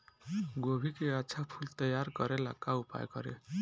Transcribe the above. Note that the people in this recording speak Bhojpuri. गोभी के अच्छा फूल तैयार करे ला का उपाय करी?